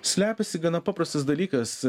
slepiasi gana paprastas dalykas